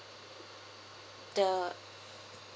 the